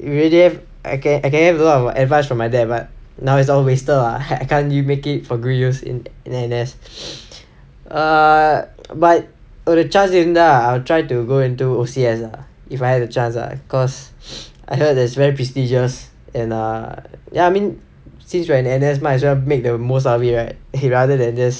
err I can get advice from my dad but now it's all wasted [what] I can't you make it for three years in N_S err but ஒரு:oru chance இருந்தா:irunthaa I will try to go into O_C_S lah if I had the chance ah cause I heard it's very prestigious and err ya I mean since we are in N_S might as well make the most out of it right he rather than just